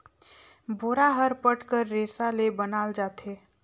बोरा हर पट कर रेसा ले बनाल जाथे